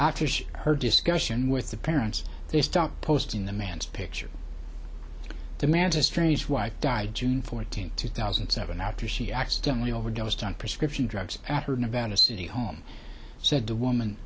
after her discussion with the parents they stopped posting the man's picture the man's estranged wife died june fourteenth two thousand and seven after she accidentally overdosed on prescription drugs at her nevada city home said the woman